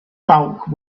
bulk